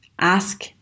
ask